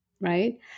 right